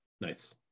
Nice